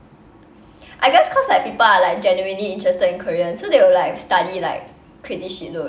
I guess cause like people are like generally interested in korean so they will like study like crazy shitload